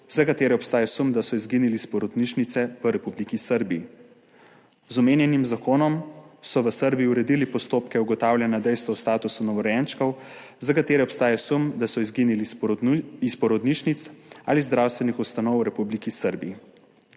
za katere obstaja sum, da so izginili iz porodnišnice v Republiki Srbiji. Z omenjenim zakonom so v Srbiji uredili postopke ugotavljanja dejstev o statusu novorojenčkov, za katere obstaja sum, da so izginili iz porodnišnic ali zdravstvenih ustanov v Republiki Srbiji.